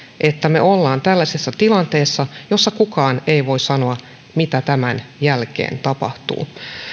että me olemme tällaisessa tilanteessa jossa kukaan ei voi sanoa mitä tämän jälkeen tapahtuu